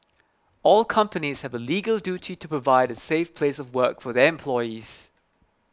all companies have a legal duty to provide a safe place of work for their employees